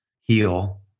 heal